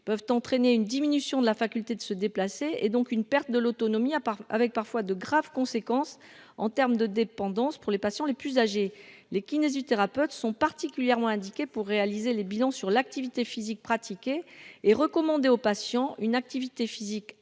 peuvent entraîner une diminution de la faculté de se déplacer et donc une perte de l'autonomie à part, avec parfois de graves conséquences en termes de dépendance pour les patients les plus âgés, les kinésithérapeutes sont particulièrement indiqué pour réaliser les bilans sur l'activité physique pratiquée et recommandé aux patients une activité physique